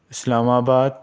اسلام آباد